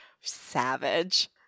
Savage